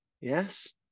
Yes